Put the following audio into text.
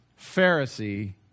Pharisee